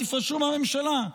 תפרשו מהממשלה,